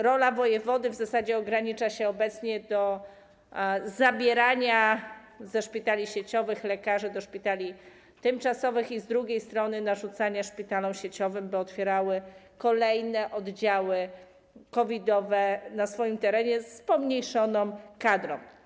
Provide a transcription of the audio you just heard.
Rola wojewody w zasadzie ogranicza się obecnie do zabierania ze szpitali sieciowych lekarzy do szpitali tymczasowych i z drugiej strony narzucania szpitalom sieciowym, by otwierały kolejne oddziały COVID-owe na swoim terenie z pomniejszoną kadrą.